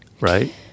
Right